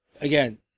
Again